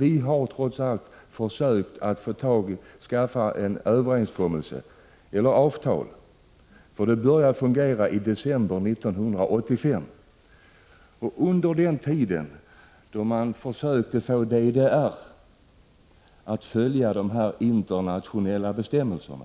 Vi har ju trots allt försökt att träffa en överenskommelse, eller avtal, som började fungera i december 1985. Under den tid då man försökte få DDR att följa dessa internationella bestämmelser